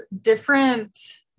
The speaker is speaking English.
different